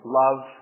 love